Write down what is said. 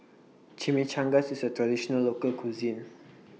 Chimichangas IS A Traditional Local Cuisine